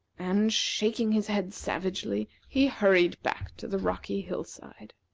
and, shaking his head savagely, he hurried back to the rocky hill-side.